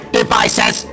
devices